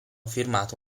firmato